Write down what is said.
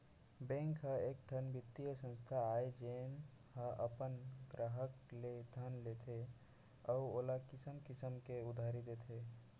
bank ह एकठन बित्तीय संस्था आय जेन ह अपन गराहक ले धन लेथे अउ ओला किसम किसम के उधारी देथे